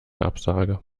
absage